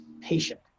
patient